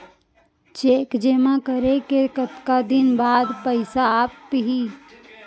Cheque जेमा करे के कतका दिन बाद पइसा आप ही?